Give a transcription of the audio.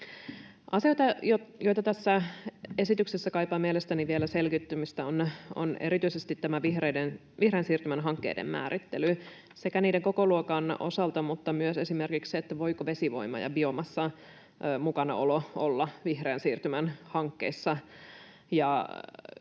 Asia, joka tässä esityksessä kaipaa mielestäni vielä selkiyttämistä, on erityisesti vihreän siirtymän hankkeiden määrittely niiden kokoluokan osalta, mutta myös esimerkiksi sen osalta, voivatko vesivoima ja biomassa olla mukana vihreän siirtymän hankkeissa.